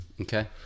Okay